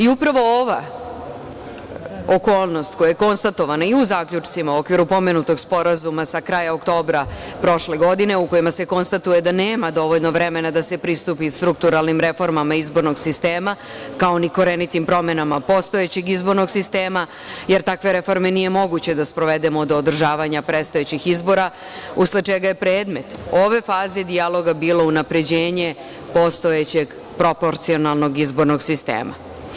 Upravo ova okolnost koja je konstatovana i u zaključcima u okviru pomenutog sporazuma sa kraja oktobra prošle godine, u kojima se konstatuje da nema dovoljno vremena da se pristupi strukturalnim reformama izbornog sistema, kao ni korenitim promenama postojećeg izbornog sistema, jer takve reforme nije moguće da sprovedemo do održavanja predstojećih izbora, usled čega je predmet ove faze dijaloga bilo unapređenje postojećeg proporcionalnog izbornog sistema.